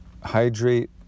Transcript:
hydrate